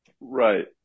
Right